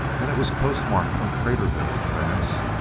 and it was postmarked from craterville. vance,